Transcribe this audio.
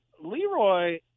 Leroy